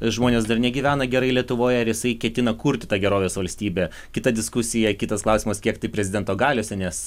žmonės dar negyvena gerai lietuvoje ar jisai ketina kurti tą gerovės valstybę kita diskusija kitas klausimas kiek tai prezidento galiose nes